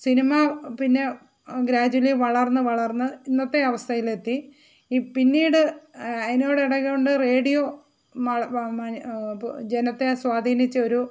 cinema പിന്നെ gradually വളർന്നു വളർന്നു ഇന്നത്തെ അവസ്ഥയിലെത്തി ഇ പിന്നീട് അതിനോട് എടെ കൊണ്ട് റേഡിയോ ജനത്തെ സ്വാധീനിച്ച ഒരു